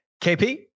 KP